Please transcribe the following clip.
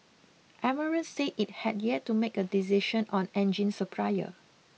Emirates said it had yet to make a decision on engine supplier